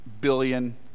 billion